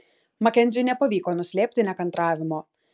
makenziui nepavyko nuslėpti nekantravimo